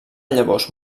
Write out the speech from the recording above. llavors